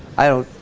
i don't